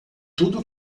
tudo